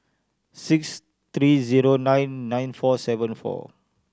six three zero nine nine four seven four